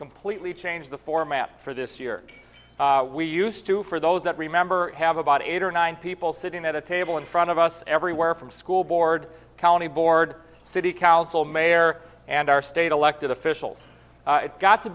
completely changed the format for this year we used to for those that remember have about eight or nine people sitting at a table in front of us everywhere from school board county board city council mayor and our state elected officials it's got to